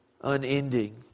unending